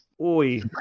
Oi